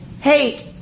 hate